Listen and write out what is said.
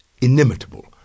Inimitable